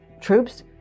troops